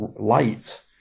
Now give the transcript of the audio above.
light